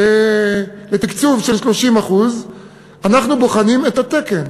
לתקצוב של 30% אנחנו בוחנים את התקן,